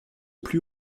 plus